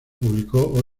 publicó